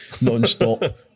non-stop